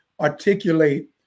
articulate